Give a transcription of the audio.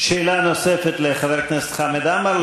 שאלה נוספת לחבר הכנסת חמד עמאר,